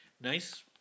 Nice